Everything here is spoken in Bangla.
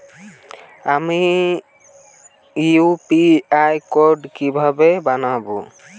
আমি ইউ.পি.আই কোড কিভাবে বানাব?